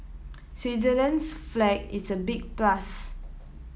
Switzerland's flag is a big plus